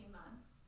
months